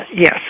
Yes